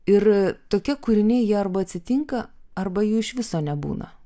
ir tokie kūriniai jie arba atsitinka arba jų iš viso nebūna